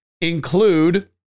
include